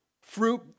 fruit